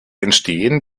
entstehen